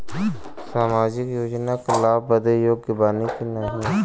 सामाजिक योजना क लाभ बदे योग्य बानी की नाही?